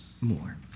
more